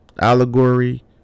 Allegory